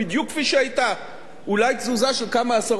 ואולי תזוזה של כמה עשרות מיליונים לכאן או לכאן.